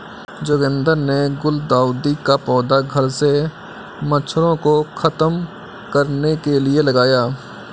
जोगिंदर ने गुलदाउदी का पौधा घर से मच्छरों को खत्म करने के लिए लगाया